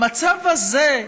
במצב הזה,